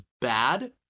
bad